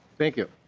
thank you.